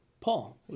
Paul